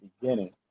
beginning